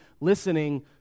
listening